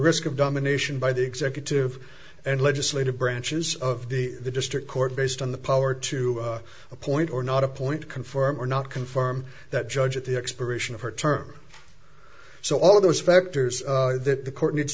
risk of domination by the executive and legislative branches of the district court based on the power to appoint or not appoint confirm or not confirm that judge at the expiration of her term so all of those factors that the court needs